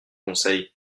conseil